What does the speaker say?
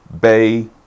bay